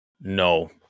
No